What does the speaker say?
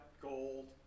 Gold